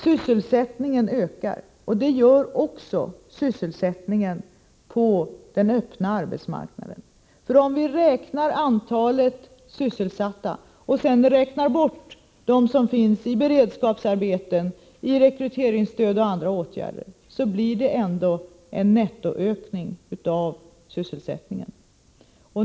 Sysselsättningen ökar, även på den öppna arbetsmarknaden. Om vi räknar antalet sysselsatta och räknar bort dem som finns i beredskapsarbeten, i rekryteringsstöd och andra åtgärder så blir det ändå en nettoökning av sysselsättningen.